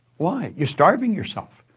why? you're starving yourself.